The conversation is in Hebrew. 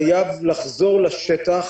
חייב לחזור לשטח